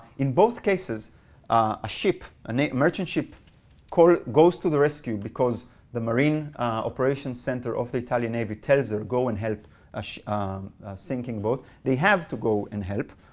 in both cases a ship a merchant ship call goes to the rescue, because the marine operations center of the italian navy tells them go and help a sinking boat. they have to go and help.